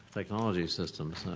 technology systems.